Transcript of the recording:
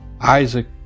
Isaac